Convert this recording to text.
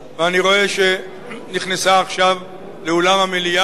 ואני רואה שנכנסה עכשיו לאולם המליאה